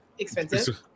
Expensive